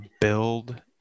build